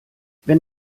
wenn